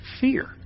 fear